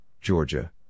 Georgia